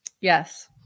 Yes